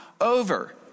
over